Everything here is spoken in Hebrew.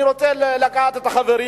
אני רוצה לקחת את החברים,